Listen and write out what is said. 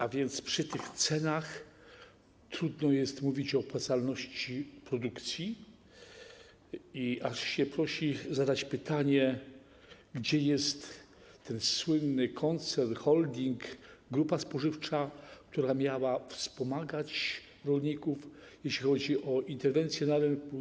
A więc przy tych cenach trudno jest mówić o opłacalności produkcji i aż się prosi zadać pytanie, gdzie jest ten słynny koncern, holding, grupa spożywcza, która miała wspomagać rolników, jeśli chodzi o interwencje na rynku.